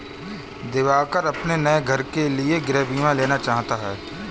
दिवाकर अपने नए घर के लिए गृह बीमा लेना चाहता है